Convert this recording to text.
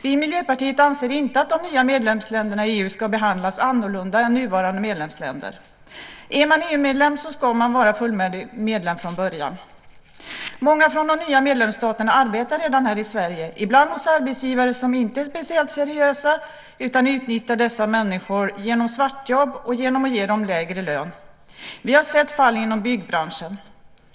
Vi i Miljöpartiet anser inte att de nya medlemsländerna i EU ska behandlas annorlunda än nuvarande medlemsländer. Är man EU-medlem ska man vara fullvärdig medlem från första början. Många från de nya medlemsstaterna arbetar redan här i Sverige, ibland hos arbetsgivare som inte är speciellt seriösa utan utnyttjar dessa människor genom svartjobb och genom att ge dem lägre lön. Vi har sett fall inom byggbranschen.